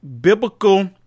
biblical